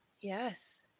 Yes